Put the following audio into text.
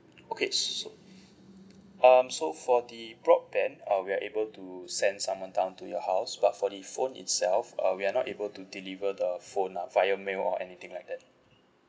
okay so um so for the broadband uh we are able to send someone down to your house but for the phone itself uh we are not able to deliver the phone lah via mail or anything like that